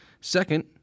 Second